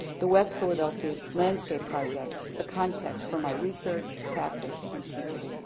the west philadelphia landscape project, the context for my research, practice, and teaching.